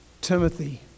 Timothy